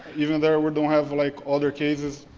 even though we don't have like other cases,